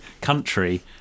country